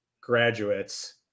graduates –